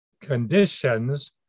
conditions